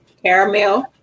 caramel